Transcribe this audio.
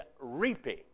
reaping